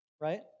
right